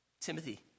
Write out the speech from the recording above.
Timothy